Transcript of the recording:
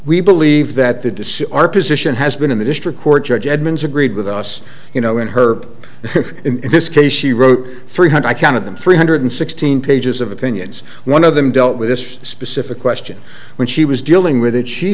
we believe that the decision our position has been in the district court judge edmonds agreed with us you know in her in this case she wrote three hundred i counted them three hundred sixteen pages of opinions one of them dealt with this specific question when she was dealing with it she